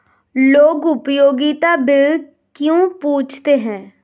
लोग उपयोगिता बिल क्यों पूछते हैं?